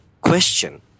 question